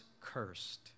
cursed